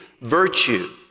virtue